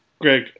Greg